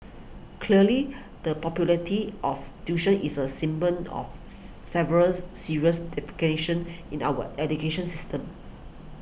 clearly the popularity of tuition is a of several serious in our education system